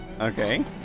Okay